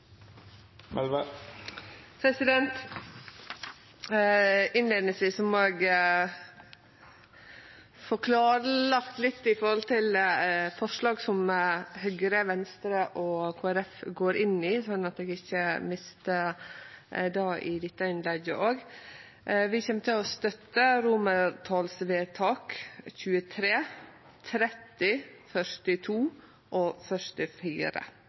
forslag som Høgre, Venstre og Kristeleg Folkeparti går inn i, slik at eg ikkje mister det i dette innlegget òg. Vi kjem til å støtte romartalsvedtak XXII, XXX, XLII og